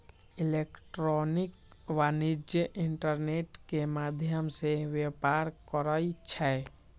electronic वाणिज्य internet के माध्यम से व्यापार करइ छै